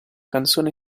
canzone